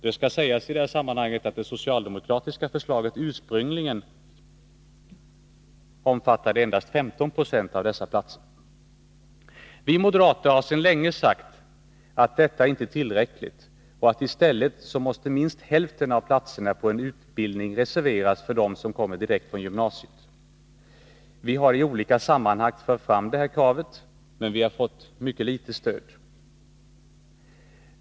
Det skall sägas i det här sammanhanget att det socialdemokratiska förslaget ursprungligen omfattade endast 15 96 av dessa platser. Vi moderater har sedan länge sagt att detta inte är tillräckligt och att i stället minst hälften av platserna på en utbildning måste reserveras för dem som kommer direkt från gymnasiet. Vi har i olika sammanhang fört fram detta krav, men vi har fått mycket litet stöd.